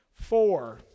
Four